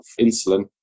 insulin